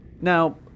now